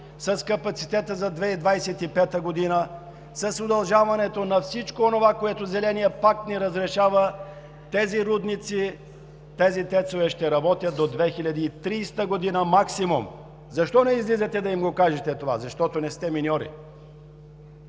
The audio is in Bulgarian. с капацитета за 2025 г. – с удължаването на всичко онова, което Зеленият пакт не разрешава, тези рудници, тези ТЕЦ-ове ще работят максимум до 2030 г. Защо не излизате да им го кажете това? Защото не сте миньори.